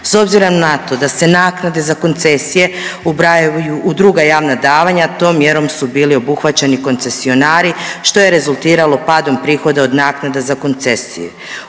S obzirom na to da se naknade za koncesije ubrajaju i u druga javna davanja tom mjerom su bili obuhvaćeni koncesionari što je rezultiralo padom prihoda od naknada za koncesije.